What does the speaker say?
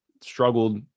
struggled